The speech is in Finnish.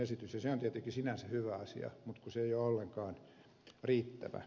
se on tietenkin sinänsä hyvä asia mutta se ei ole ollenkaan riittävä